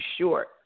short